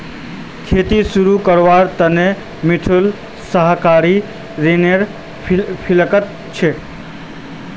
खेती शुरू करवार त न मिथुन सहकारी ऋनेर फिराकत छ